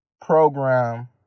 program